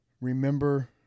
Remember